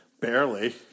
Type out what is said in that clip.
Barely